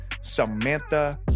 Samantha